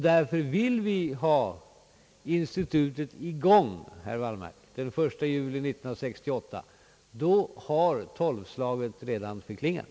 Därför vill vi få i gång detta institut, herr Wallmark, den 1 juli 1968. Då har tolvslaget redan förklingat.